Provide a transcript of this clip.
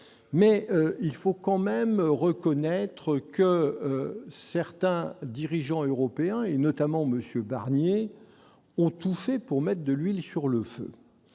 Mais il faut quand même le reconnaître : certains dirigeants européens, notamment M. Barnier, ont tout fait pour mettre de l'huile sur le feu.